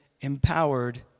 empowered